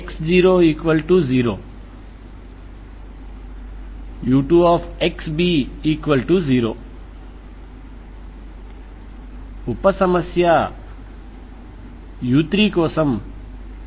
కావున అనేది రియల్ మరియు λ2 లేదా λ 0 లేదా λ 0 తో λ 2 అని సూచిస్తుంది